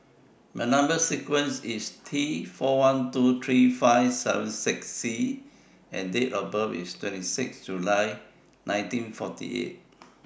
Number sequence IS T four one two three five seven six C and Date of birth IS twenty six July nineteen forty eight